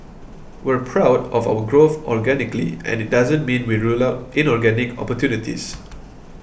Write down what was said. we're proud of our growth organically and it doesn't mean we rule out inorganic opportunities